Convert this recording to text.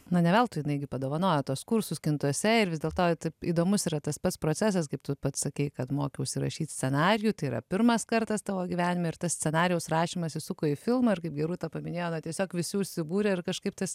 na ne veltui jinai gi padovanojo tuos kursus kintuose ir vis dėl to taip įdomus yra tas pats procesas kaip tu pats sakei kad mokiausi rašyt scenarijų tai yra pirmas kartas tavo gyvenime ir tas scenarijaus rašymas įsuko į filmą ir kaip gerūta paminėjo na tiesiog visi užsibūrė ir kažkaip tas